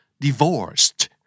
Divorced